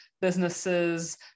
businesses